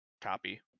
copy